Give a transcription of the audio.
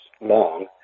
long